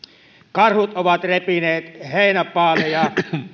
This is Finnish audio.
karhut ovat repineet heinäpaaleja